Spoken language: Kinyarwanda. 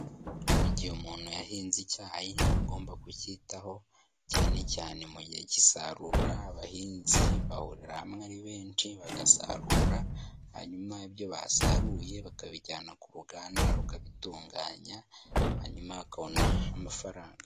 Mu gihe umuntu yahinze icyaha aba agomba kucyitaho, cyane cyane mu gihe k'isarura abahinzi bahurira hamwe ari benshi bagasarura, hanyuma ibyo basaruye bakabijyana ku ruganda rukabitunganya hanyuma bakabona amafaranga.